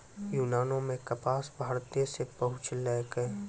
यूनानो मे कपास भारते से पहुँचलै